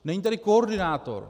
Není tady koordinátor.